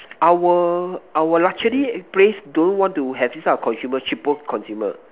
our our luxury place don't want to have this type of consumer cheapo consumer